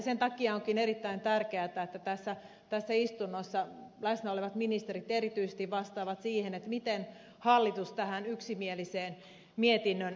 sen takia onkin erittäin tärkeätä että tässä istunnossa läsnä olevat ministerit erityisesti vastaavat siihen kysymykseen miten hallitus tähän yksimieliseen mietinnön viestiin vastaa